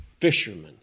fishermen